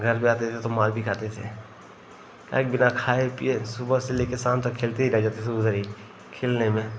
घर पर आते थे तो मार भी खाते थे काहे कि बिना खाए पिए सुबह से लेके शाम तक खेलते ही रहे जाते थे उधर ही खेलने में